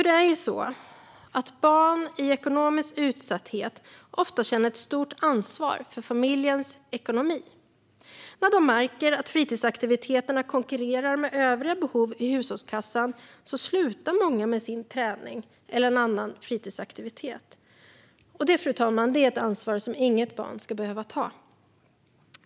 Det är ju så att barn i ekonomisk utsatthet ofta känner ett stort ansvar för familjens ekonomi. När de märker att fritidsaktiviteterna konkurrerar med övriga behov i hushållskassan slutar många med sin träning eller annan fritidsaktivitet. Detta, fru talman, är ett ansvar som inget barn ska behöva ta.